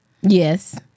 Yes